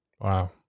Wow